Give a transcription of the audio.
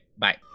Bye